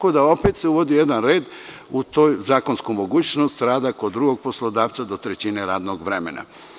Ponovo se uvodi neki red u toj zakonskoj mogućnosti rada kod drugog poslodavca do trećine radnog vremena.